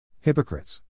Hypocrites